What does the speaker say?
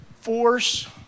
force